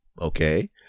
Okay